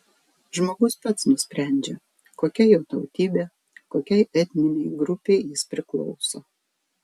žmogus pats nusprendžia kokia jo tautybė kokiai etninei grupei jis priklauso